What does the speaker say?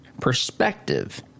perspective